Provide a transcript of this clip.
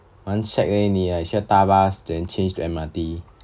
蛮 shag leh 你 like 需要搭 bus then change to M_R_T